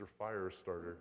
Firestarter